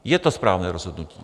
Je to správné rozhodnutí.